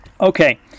okay